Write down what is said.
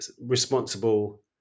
responsible